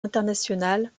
internationales